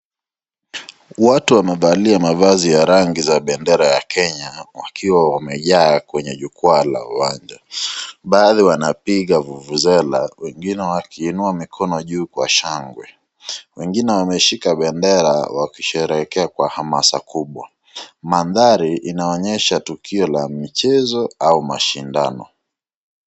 Watu wamevalia mavazi ya rangi za bendera ya Kenya wakiwa wamejaa kwenye jukwaa la uwanja. Baadhi wanapiga vuvuzela wengine wakiinua mikono juu kwa shangwe, wengine wameshika bendera wakisherehekea kwa hamasa kubwa. Mandhari inaonyesha tukio la michezo au mashindano.